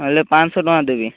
ହେଲେ ପାଞ୍ଚଶହ ଟଙ୍କା ଦେବି